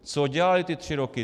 Co dělali ty tři roky?